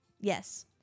yes